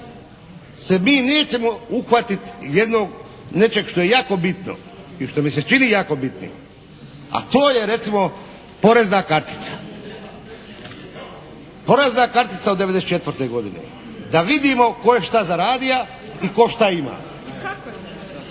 se mi nećemo uhvatiti jednog, nečeg što je jako bitno i što mi se čini jako bitnim, a to je recimo porezna kartica. Porezna kartica od '94. godine. Da vidimo ko je šta zaradia i ko šta ima.